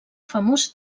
famós